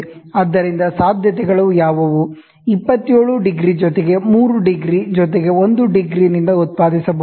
ಆದ್ದರಿಂದ ಸಾಧ್ಯತೆಗಳು ಯಾವುವು 27 ° ಜೊತೆಗೆ 3 ° ಜೊತೆಗೆ 1° ನಿಂದ ಉತ್ಪಾದಿಸಬಹುದು